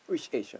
which age ah